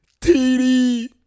TD